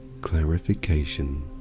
clarification